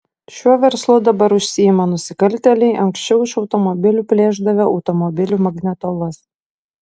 šiuo verslu dabar užsiima nusikaltėliai anksčiau iš automobilių plėšdavę automobilių magnetolas